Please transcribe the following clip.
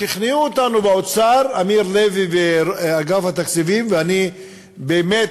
שכנעו אותנו באוצר, אמיר לוי ואגף התקציבים, ובאמת